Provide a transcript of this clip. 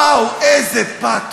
וואו, איזה פתוס.